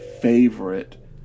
favorite